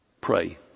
pray